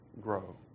grow